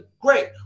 great